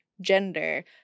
gender